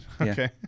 Okay